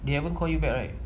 they haven't call you back right